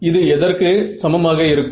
இது எதற்கு சமமாக இருக்கும்